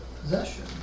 Possession